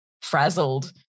frazzled